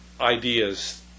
ideas